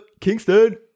kingston